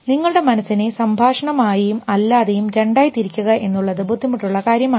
നിങ്ങളുടെ മനസ്സിനെ സംഭാഷണം ആയി അല്ലാതെയും രണ്ടായി തിരിക്കുക എന്നുള്ളത് ബുദ്ധിമുട്ടുള്ള കാര്യമാണ്